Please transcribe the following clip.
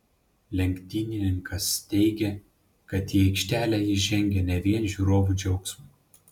lenktynininkas teigė kad į aikštelę jis žengia ne vien žiūrovų džiaugsmui